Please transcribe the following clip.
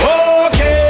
okay